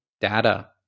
data